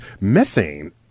methane